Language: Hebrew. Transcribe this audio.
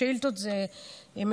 השאילתות זה מצומצם,